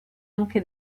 anche